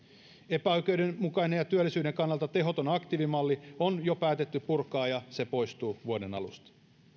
epäoikeudenmukainen ja työllisyyden kannalta tehoton aktiivimalli on jo päätetty purkaa ja se poistuu vuoden alusta